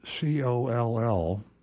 C-O-L-L